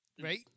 Right